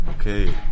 Okay